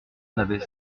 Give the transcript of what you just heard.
n’avait